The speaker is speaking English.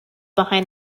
behind